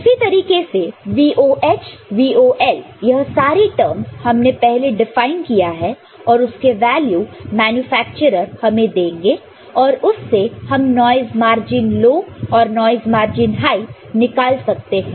उसी तरीके से VOH VOL यह सारी टर्मस हमने पहले डिफाइन किया है और उसके वैल्यू मैन्युफैक्चरर हमें देंगे और उससे हम नॉइस मार्जिन लो और नॉइस मार्जिन हाई निकाल सकते हैं